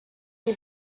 you